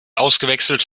ausgewechselt